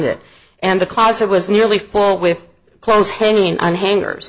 it and the closet was nearly full with clothes hanging on hangers